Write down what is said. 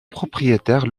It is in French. propriétaire